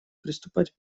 приступать